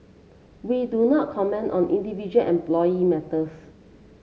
we do not comment on individual employee matters